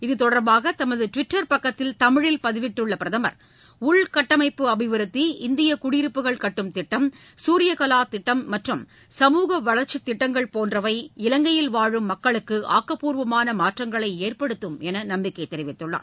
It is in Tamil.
இத்தொடர்பாக தமது டுவிட்டர் பக்கத்தில் தமிழில் பதிவிட்டுள்ள பிரதமர் உள்கட்டமைப்பு அபிவிருத்தி இந்திய குடியிருப்புகள் கட்டும் திட்டம் குரியகலா திட்டம் மற்றும் சமூக வளர்ச்சித் திட்டங்கள் போன்றவை இலங்கையில் வாழும் மக்களுக்கு ஆக்கப்பூர்வமான மாற்றங்களை ஏற்படுத்தும் என்று நம்பிக்கை தெரிவித்துள்ளார்